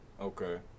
okay